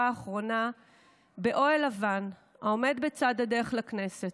האחרונה באוהל לבן העומד בצד הדרך לכנסת.